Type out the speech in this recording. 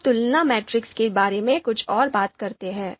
अब तुलना मैट्रिक्स के बारे में कुछ और बात करते हैं